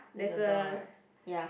there's a door right ya